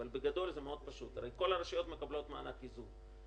אבל בגדול זה מאוד פשוט הרי כל הרשויות מקבלות מענק איזון,